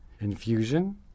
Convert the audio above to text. infusion